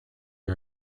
are